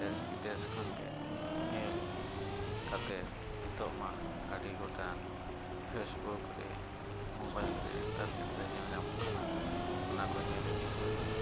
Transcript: ᱫᱮᱥᱼᱵᱤᱫᱮᱥ ᱠᱷᱚᱱᱜᱮ ᱧᱮᱞ ᱠᱟᱛᱮᱫ ᱱᱤᱛᱚᱜᱢᱟ ᱟᱹᱰᱤ ᱜᱚᱴᱟᱝ ᱨᱮ ᱨᱮ ᱨᱮ ᱧᱮᱞ ᱧᱟᱢᱚᱜ ᱠᱟᱱᱟ ᱚᱱᱟᱠᱚ ᱧᱮᱞ ᱤᱫᱤ ᱠᱟᱛᱮᱫ ᱜᱮᱠᱚ